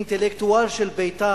אינטלקטואל של בית"ר,